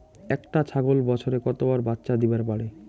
একটা ছাগল বছরে কতবার বাচ্চা দিবার পারে?